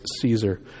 Caesar